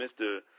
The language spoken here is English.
Mr